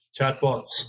Chatbots